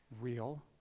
real